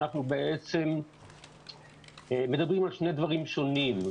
אנחנו בעצם מדברים על שני דברים שונים.